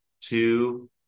two